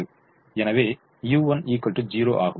எனவே u1 0 ஆகும்